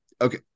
okay